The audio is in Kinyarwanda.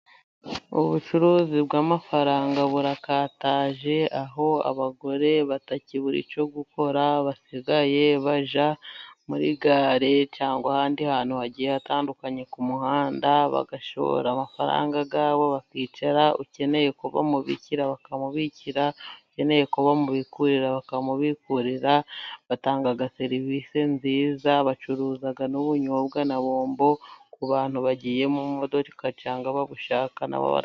Ubucuruzi bw'amafaranga burakataje, aho abagore batakibura icyo gukora basigaye bajya muri gare cyangwa ahandi hantu hagiye hatandukanye ku muhanda, bagashora amafaranga yabo. Bakicara, ukeneye ko bamubikira bakamubikira, ukeneye ko bamubikurira bakamubikurira. Batanga serivise nziza. Bacuruza n'ubunyobwa na bombo ku bantu bagiye mu modoka, cyangwa babushaka na bo bara...